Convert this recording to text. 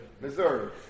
Missouri